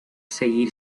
seguir